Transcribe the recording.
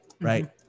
right